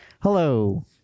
Hello